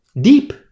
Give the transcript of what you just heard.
Deep